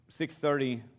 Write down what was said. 6.30